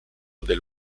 del